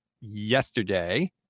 yesterday